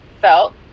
felt